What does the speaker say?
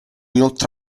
inoltre